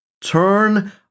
turn